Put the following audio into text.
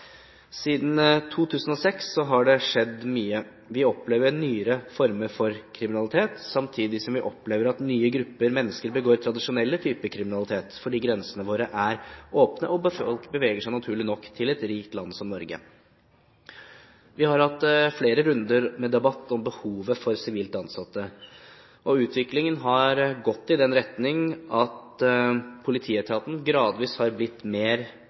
Siden 2006 har det skjedd mye. Vi opplever nyere former for kriminalitet, samtidig som vi opplever at nye grupper mennesker begår tradisjonelle typer kriminalitet fordi grensene våre er åpne, og folk beveger seg naturlig nok til et rikt land som Norge. Vi har hatt flere runder med debatt om behovet for sivilt ansatte. Utviklingen har gått i den retning at politietaten gradvis har blitt mer